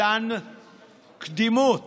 מתן קדימות